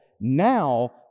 now